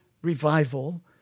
Revival